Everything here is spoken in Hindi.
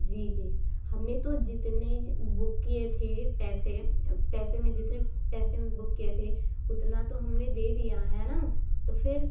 जी जी हमने तो जितने बुक किए थे पैसे पैसे में जितने पैसे में बुक किए थे उतना तो हमने दे दिया है न तो फिर